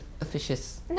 officious